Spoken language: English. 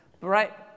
Right